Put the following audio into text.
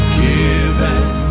given